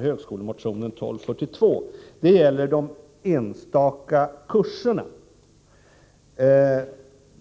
högskolemotionen 1242 gäller de enstaka kurserna.